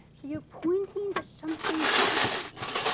you're pointing to something happening.